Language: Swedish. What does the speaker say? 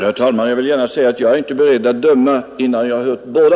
Herr talman! Jag är inte beredd att döma innan jag har hört båda